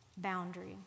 Boundary